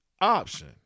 option